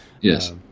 Yes